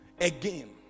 Again